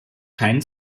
kein